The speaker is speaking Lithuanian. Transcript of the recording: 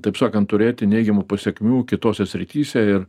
taip sakant turėti neigiamų pasekmių kitose srityse ir